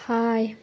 hi